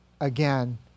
again